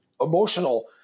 emotional